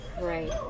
right